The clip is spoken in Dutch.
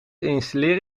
installeer